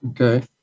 okay